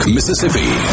Mississippi